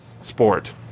sport